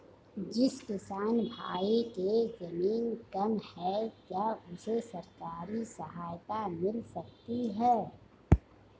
जिस किसान भाई के ज़मीन कम है क्या उसे सरकारी सहायता मिल सकती है?